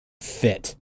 fit